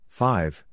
five